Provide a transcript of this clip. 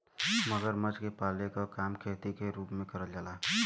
मगरमच्छ के पाले क काम खेती के रूप में करल जाला